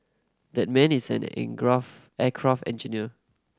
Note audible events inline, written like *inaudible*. that man is an *unintelligible* aircraft engineer